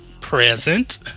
present